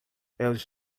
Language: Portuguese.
eles